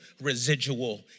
residual